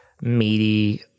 meaty